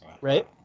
right